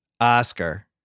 Oscar